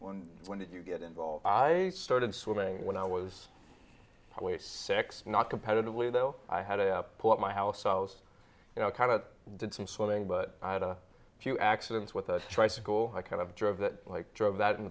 when when did you get involved i started swimming when i was away six not competitively though i had a pool at my house so i was you know kind of did some swimming but i had a few accidents with us try to go i kind of drove that like drive that